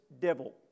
devil